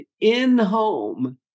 in-home